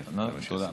תודה.